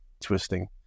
twisting